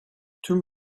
tüm